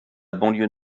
banlieue